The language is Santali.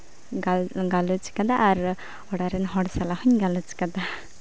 ᱜᱟᱞᱚᱪ ᱠᱟᱫᱟ ᱟᱨ ᱚᱲᱟᱜ ᱨᱮᱱ ᱦᱚᱲ ᱥᱟᱞᱟᱜ ᱦᱚᱧ ᱜᱟᱞᱚᱪ ᱠᱟᱫᱟ